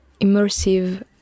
immersive